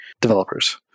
developers